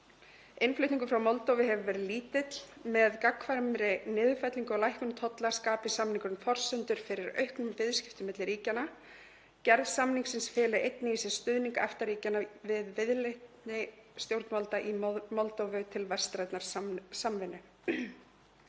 Innflutningur frá Moldóvu hefur verið lítill. Með gagnkvæmri niðurfellingu og lækkun tolla skapi samningurinn forsendur fyrir auknum viðskiptum milli ríkjanna. Gerð samningsins feli einnig í sér stuðning EFTA-ríkjanna við viðleitni stjórnvalda í Moldóvu til vestrænnar samvinnu.